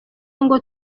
ngo